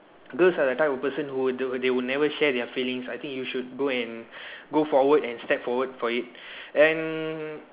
girls are the type of person who they would never share their feelings I think you should go and go forward and step forward for it and